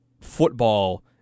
football